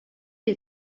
les